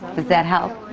does that help?